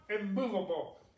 immovable